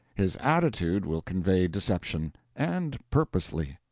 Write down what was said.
his attitude, will convey deception and purposely.